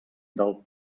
del